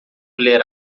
ler